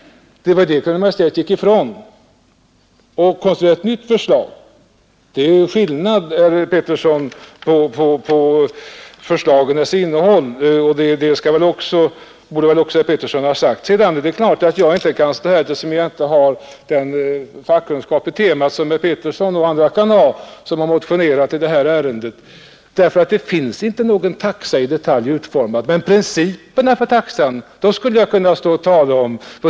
Kungl. Maj:t gick ifrån det förslaget och konstruerade ett nytt förslag. Det är skillnad, herr Petersson, på förslagens innehåll, och det borde herr Petersson också ha sagt. Jag har naturligtvis inte den fackkunskap på området som herr Petersson och andra kan ha, som har motionerat i ärendet. Det finns ingen taxa i detalj utformad, men principerna för taxan skulle jag kunna tala om.